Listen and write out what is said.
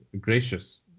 gracious